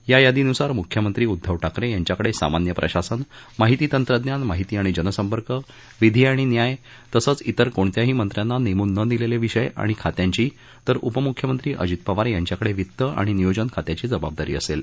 या यादीनुसार मुख्यमंत्री उद्दव ठाकरे यांच्याकडे सामान्य प्रशासन माहिती तंत्रज्ञान माहिती आणि जनसंपर्क विधी आणि न्याय तसंच त्रेर कोणत्याही मंत्र्यांना नेमून न दिलेले विषय आणि खात्यांची तर उपमुख्यमंत्री अजित पवार यांच्याकडे वित्त आणि नियोजन खात्याची जबाबदारी असेल